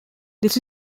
this